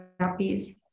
therapies